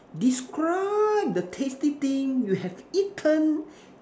describe the tasty thing you have eaten